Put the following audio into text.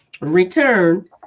Return